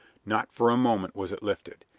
not for a moment was it lifted.